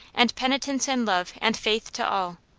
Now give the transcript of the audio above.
and penitence and love and faith to all.